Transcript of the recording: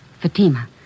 Fatima